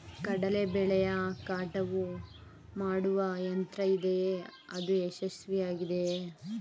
ಕಡಲೆ ಬೆಳೆಯ ಕಟಾವು ಮಾಡುವ ಯಂತ್ರ ಇದೆಯೇ? ಅದು ಯಶಸ್ವಿಯಾಗಿದೆಯೇ?